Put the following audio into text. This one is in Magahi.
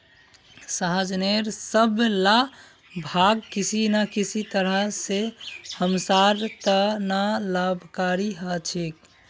सहजनेर सब ला भाग किसी न किसी तरह स हमसार त न लाभकारी ह छेक